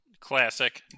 Classic